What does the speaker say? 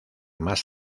más